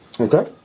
Okay